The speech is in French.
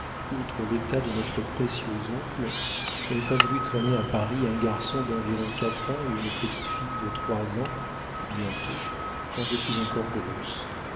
outre l'état de notre précieux oncle je n'ai pas voulu traîner à paris un garçon d'environ quatre ans et une petite fille de trois ans bientôt quand je suis encore grosse